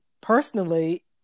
personally